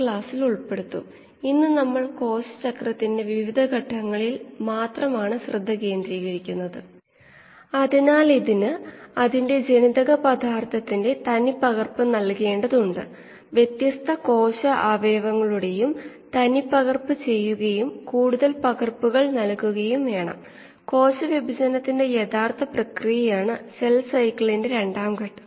substrate ഗാഢതയും കോശ ഗാഢതയും ഔട്ട് ലെറ്റ് ധാരയിൽ ഒരേപോലെയായിരിക്കും കാരണം നന്നായി മിശ്രിതമുള്ളത് ആണ് പുറത്ത് എടുക്കപ്പെട്ടുന്നതസാന്ദ്രത തുല്യമായിരിക്കും ഇനി നമുക്ക് വോളിയോമെട്രിക് ഫീഡ് നിരക്ക് ദ്രാവക വ്യാപ്തം കൊണ്ട് ഹരിച്ചാൽ ഡയല്യൂഷൻ റേറ്റ് കിട്ടും